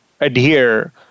adhere